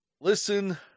Listen